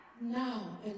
Now